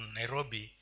Nairobi